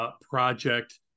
project